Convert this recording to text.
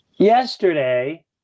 Yesterday